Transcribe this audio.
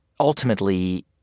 Ultimately